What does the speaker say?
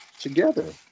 together